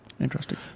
Interesting